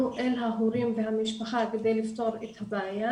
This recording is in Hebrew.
אל ההורים והמשפחה כדי לפתור את הבעיה